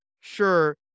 sure